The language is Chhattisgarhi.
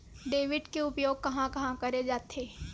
डेबिट के उपयोग कहां कहा करे जाथे?